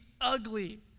ugly